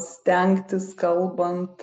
stengtis kalbant